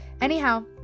Anyhow